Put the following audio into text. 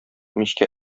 мичкә